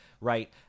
right